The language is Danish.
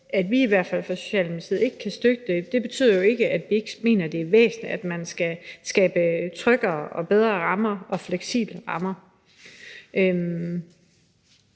at vi i hvert fald fra Socialdemokratiets side ikke kan støtte det, betyder jo ikke, at vi ikke mener, at det er væsentligt, at man skal skabe tryggere og bedre rammer og fleksible rammer.